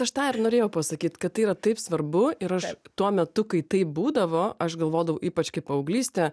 aš tą ir norėjau pasakyt kad tai yra taip svarbu ir aš tuo metu kai taip būdavo aš galvodavau ypač kai paauglystė